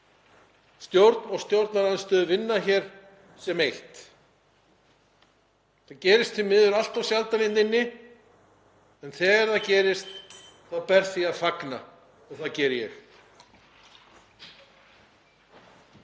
stjórn og stjórnarandstaða vinna hér sem eitt. Það gerist því miður allt of sjaldan hér inni en þegar það gerist þá ber því að fagna og það geri ég.